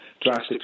drastic